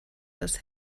das